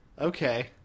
Okay